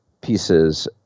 pieces